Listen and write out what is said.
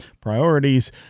priorities